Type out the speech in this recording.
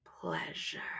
pleasure